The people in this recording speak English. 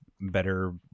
better